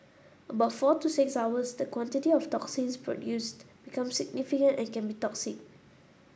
about four to six hours the quantity of toxins produced becomes significant and can be toxic